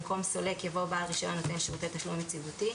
במקום "סולק" יבוא "על רישיון נותן שירותי תשלום יציבותי".